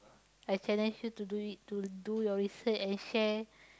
I challenge you to do it to do your research and share